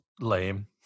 lame